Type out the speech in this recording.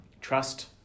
trust